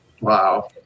Wow